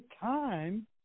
time